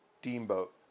Steamboat